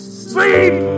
sleep